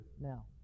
now